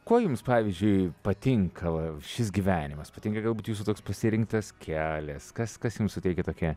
kuo jums pavyzdžiui patinka šis gyvenimas patinka galbūt jūsų toks pasirinktas kelias kas kas jums suteikia tokią